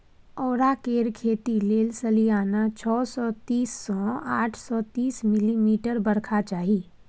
औरा केर खेती लेल सलियाना छअ सय तीस सँ आठ सय तीस मिलीमीटर बरखा चाही